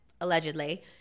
allegedly